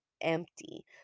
empty